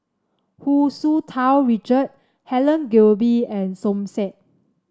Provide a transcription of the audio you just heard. Hu Tsu Tau Richard Helen Gilbey and Som Said